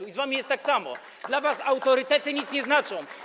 I z wami jest tak samo, dla was autorytety nic nie znaczą.